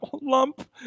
lump